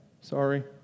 sorry